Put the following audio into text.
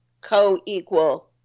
co-equal